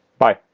bye